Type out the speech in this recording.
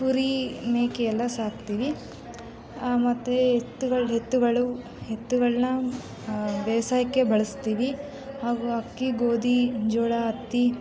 ಕುರಿ ಮೇಕೆ ಎಲ್ಲ ಸಾಕ್ತೀವಿ ಮತ್ತೆ ಎತ್ತುಗಳು ಎತ್ತುಗಳು ಎತ್ತುಗಳನ್ನ ಬೇಸಾಯಕ್ಕೆ ಬಳಸ್ತೀವಿ ಹಾಗು ಅಕ್ಕಿ ಗೋಧಿ ಜೋಳ ಹತ್ತಿ